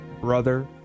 brother